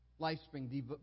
Lifespring